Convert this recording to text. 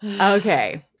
Okay